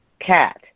cat